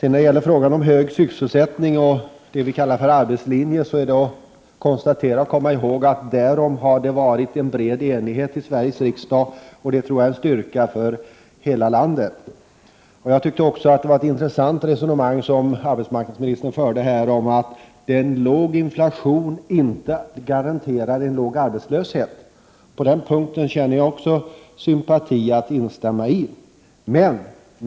När det gäller frågan om hög sysselsättning och det vi kallar för arbetslinje, är det bara att konstatera och komma ihåg att därom har det funnits en bred enighet i Sveriges riksdag. Det tror jag är en styrka för hela landet. Jag tycker också att arbetsmarknadsministern förde ett intressant resonemang när hon sade att en låg inflation inte garanterar en låg arbetslöshet. På den punkten känner jag också sympati, och jag instämmer i det.